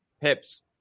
Pips